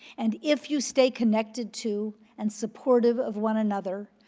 and if you stay connected to and supportive of one another,